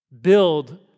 Build